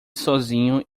sozinho